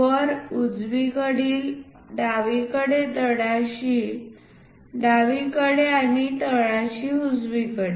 वर उजवी कडील डावीकडे तळाशी डावीकडे आणि तळाशी उजवीकडे